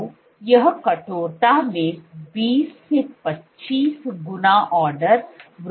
तो यह कठोरता में 20 से 25 गुना आडॅर वृद्धि है